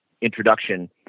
introduction